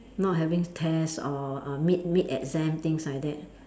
not having tests or or mid mid exam things like that